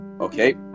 Okay